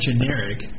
generic